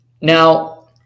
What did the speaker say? Now